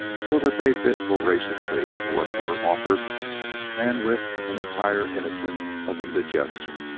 so that they bit voraciously into whatever offered and with an entire innocence of indigestion.